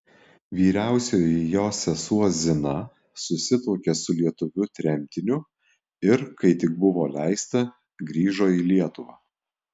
vyriausioji jos sesuo zina susituokė su lietuviu tremtiniu ir kai tik buvo leista grįžo į lietuvą